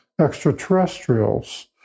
extraterrestrials